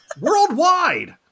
worldwide